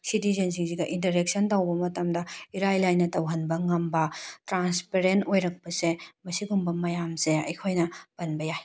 ꯁꯤꯇꯤꯖꯦꯟꯁꯤꯡꯁꯤꯗ interaction ꯇꯧꯕ ꯃꯇꯝꯗ ꯏꯔꯥꯏ ꯂꯥꯏꯅ ꯇꯧꯍꯟꯕ ꯉꯝꯕ ꯇ꯭ꯔꯥꯟꯁꯄꯦꯔꯦꯟ ꯑꯣꯏꯔꯛꯄꯁꯦ ꯃꯁꯤꯒꯨꯝꯕ ꯃꯌꯥꯝꯁꯦ ꯑꯩꯈꯣꯏꯅ ꯄꯟꯕ ꯌꯥꯏ